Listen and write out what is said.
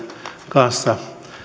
kanssa